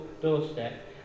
doorstep